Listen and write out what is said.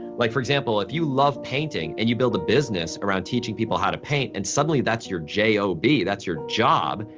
like for example, if you love painting and you build a business around teaching people how to paint and suddenly that's your j o b, that's your job,